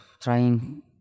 trying